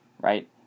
right